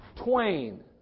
twain